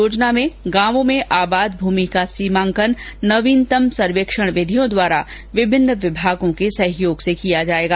योजना में गांवों में आबाद भमि का सीमांकन नवीनतम सर्वेक्षण विधियों द्वारा विभिन्न विभागों के सहयोग से किया जाएगा